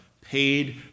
paid